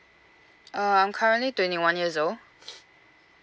uh I'm currently twenty one years old